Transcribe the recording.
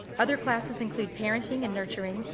other classes include parenting and nurtouring,